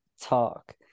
talk